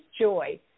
joy